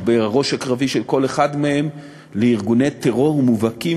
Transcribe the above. בראש הקרבי של כל אחד מהם לארגוני טרור מובהקים